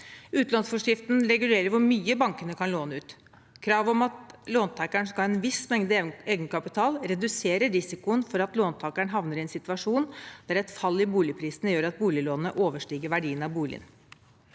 Utlånsforskriften regulerer hvor mye bankene kan låne ut. Kravet om at låntakeren skal ha en viss mengde egenkapital, reduserer risikoen for at låntakeren havner i en situasjon der et fall i boligprisene gjør at boliglånet overstiger verdien av boligen.